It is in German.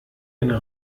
eine